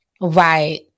Right